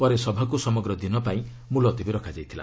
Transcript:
ପରେ ସଭାକୁ ସମଗ୍ର ଦିନ ପାଇଁ ମୁଲତବୀ ରଖାଯାଇଥିଲା